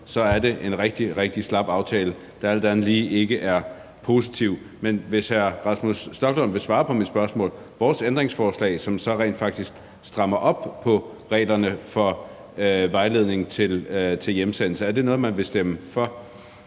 en rigtig, rigtig slap aftale, der alt andet lige ikke er positiv. Men hvis hr. Rasmus Stoklund vil svare på mit spørgsmål: Er vores ændringsforslag, som så rent faktisk strammer op på reglerne for vejledning til hjemsendelse, noget, man vil stemme for?